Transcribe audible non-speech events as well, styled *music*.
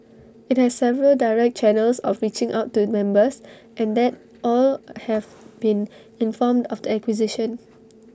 IT has several direct channels of reaching out to members and that *noise* all have been informed of the acquisition